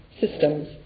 systems